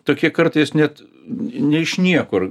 tokie kartais net ne iš niekur